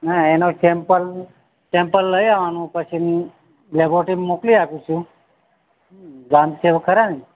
ના એનો sample sample લઈ આવવાનું પછી લેબોરેટરીમાં મોકલી આપીશું ગ્રામસેવક ખરા ને